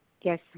Yes